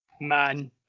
man